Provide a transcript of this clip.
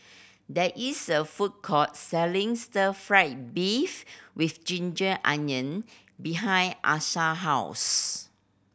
there is a food court selling Stir Fry beef with ginger onion behind Asher house